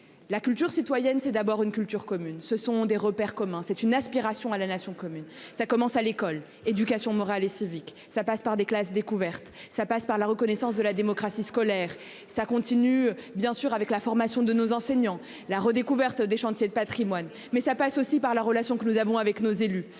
La culture citoyenne, c'est d'abord une culture commune. Ce sont des repères communs, c'est une aspiration à la nation commune ça commence à l'école éducation morale et civique, ça passe par des classes découvertes, ça passe par la reconnaissance de la démocratie scolaire ça continue bien sûr avec la formation de nos enseignants la redécouverte des chantiers de Patrimoine mais ça passe aussi par la relation que nous avons avec nos élus.